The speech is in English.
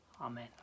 Amen